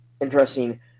interesting